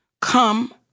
come